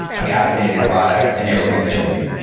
a caffeinated product, and they were consuming it.